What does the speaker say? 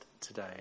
today